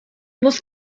muss